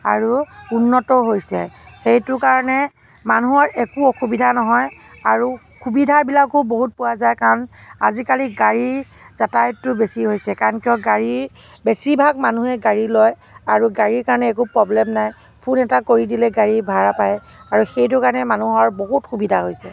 আৰু উন্নতও হৈছে সিটো কাৰণে মানুহৰ একো অসুবিধা নহয় আৰু সুবিধাবিলাকো বহুত পোৱা যায় কাৰণ আজিকালি গাড়ী যাতায়াতটো বেছি হৈছে কাৰণ কিয় গাড়ী বেছি ভাগ মানুহেই গাড়ী লয় আৰু গাড়ীৰ কাৰণে একো প্ৰবলেম নাই ফোন এটা কৰি দিলেই গাড়ী ভাড়া পায় আৰু সেইটো কাৰণে মানুহৰ বহুত সুবিধা হৈছে